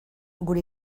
gure